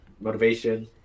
motivation